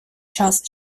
час